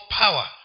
power